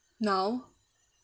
now